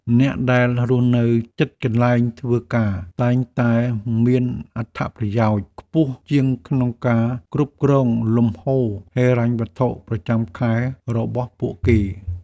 អ្នកដែលរស់នៅជិតកន្លែងធ្វើការតែងតែមានអត្ថប្រយោជន៍ខ្ពស់ជាងក្នុងការគ្រប់គ្រងលំហូរហិរញ្ញវត្ថុប្រចាំខែរបស់ពួកគេ។